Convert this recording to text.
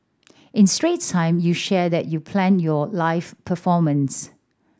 in Straits Times you shared that you planned your live performance